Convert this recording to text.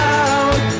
out